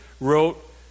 wrote